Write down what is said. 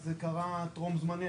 זה קרה טרום זמני,